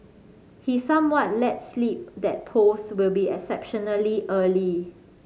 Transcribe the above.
he somewhat let slip that polls will be exceptionally early